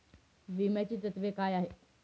विम्याची तत्वे काय आहेत?